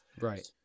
Right